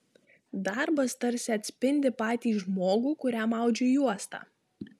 darbas tarsi atspindi patį žmogų kuriam audžiu juostą